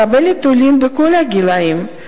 מקבלת עולים בכל הגילים,